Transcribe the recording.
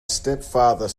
stepfather